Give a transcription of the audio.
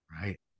Right